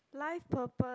life purpose